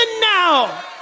now